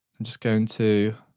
and just going to,